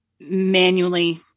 manually